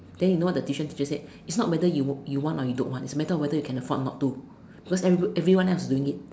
then you know what the tuition teacher said its not weather you you want or you don't want its a matter of whether you can afford not to because every everyone else is doing it